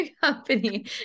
company